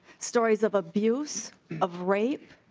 stories of abuse of rape